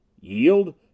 Yield